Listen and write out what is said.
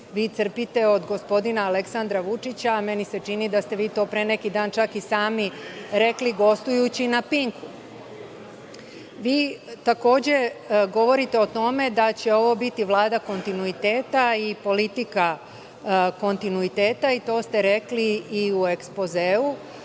vi crpite od gospodina Aleksandra Vučića, a meni se čini da ste vi to pre neki dan čak i sami rekli gostujući na „Pinku“.Vi takođe govorite o tome da će ovo biti Vlada kontinuiteta i politika kontinuiteta i to ste rekli i u ekspozeu,